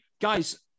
guys